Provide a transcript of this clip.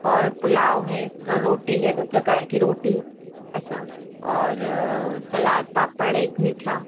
और पुलाव है और रोटी है दो प्रकार की रोटी ऐसा और सलाद पापड़ एक मीठा